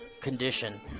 condition